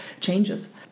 changes